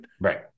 Right